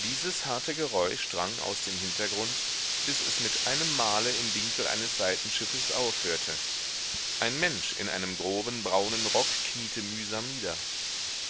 dieses harte geräusch drang aus dem hintergrund bis es mit einem male im winkel eines seitenschiffes aufhörte ein mensch in einem groben braunen rock kniete mühsam nieder